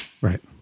Right